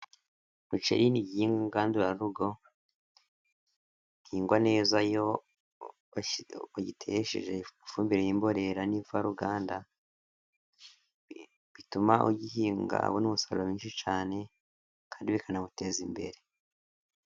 Umuceri ni igihingwa ngandurarugo gihingwa neza, iyo wagiteresheje ifumbire y'imborera, n'imvaruganda, bituma ugihinga abona umusaruro mwinshi cyane, kandi bikanamuteza imbere.